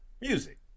music